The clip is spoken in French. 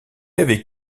avait